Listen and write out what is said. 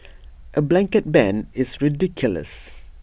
A blanket ban is ridiculous